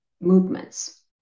movements